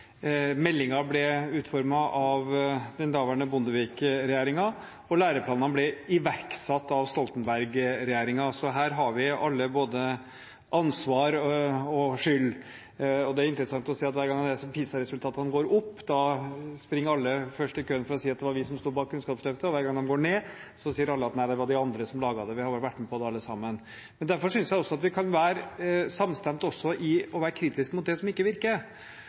ble utformet av den daværende Bondevik-regjeringen, og læreplanene ble iverksatt av Stoltenberg-regjeringen. Så her har vi alle både ansvar og skyld. Og det er interessant å se at hver gang PISA-resultatene går opp, springer alle først i køen for å si at det var de som sto bak Kunnskapsløftet, og hver gang de går ned, sier alle at nei, det var de andre som laget det – vi har vært med på det, alle sammen. Derfor synes jeg vi kan være samstemte også i å være kritiske til det som ikke virker.